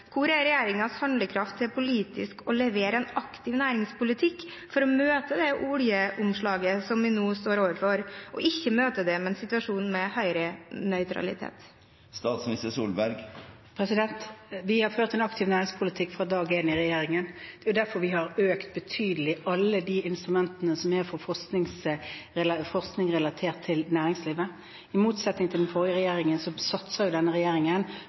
Hvor er regjeringens handlekraft til politisk å levere en aktiv næringspolitikk for å møte det oljeomslaget som vi nå står overfor, og ikke møte det med en situasjon med høyrenøytralitet? Vi har ført en aktiv næringspolitikk fra dag én i regjeringen. Det er derfor vi har økt betydelig alle instrumentene for forskning relatert til næringslivet. I motsetning til den forrige regjeringen satser denne regjeringen